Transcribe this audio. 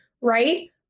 right